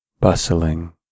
bustling